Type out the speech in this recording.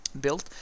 built